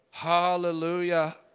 Hallelujah